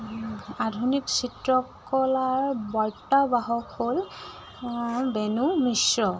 আধুনিক চিত্ৰকলাৰ বৰ্তাবাহক হ'ল বেনু মিশ্ৰ